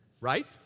Right